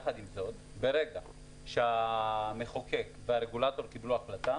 ברגע שהמחוקק והרגולטור קיבלו החלטה,